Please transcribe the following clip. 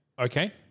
Okay